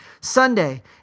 Sunday